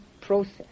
process